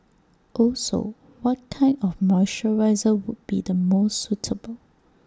also what kind of moisturiser would be the most suitable